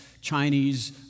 Chinese